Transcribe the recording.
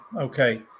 okay